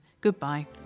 Goodbye